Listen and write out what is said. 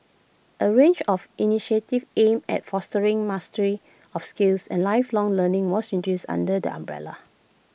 A range of initiatives aimed at fostering mastery of skills and lifelong learning was introduced under the umbrella